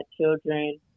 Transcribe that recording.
children